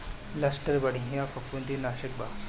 Luster बढ़िया फंफूदनाशक बा